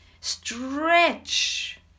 stretch